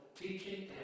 teaching